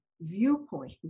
viewpoint